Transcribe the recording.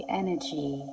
energy